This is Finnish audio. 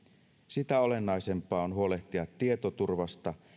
sitä olennaisempaa on huolehtia tietoturvasta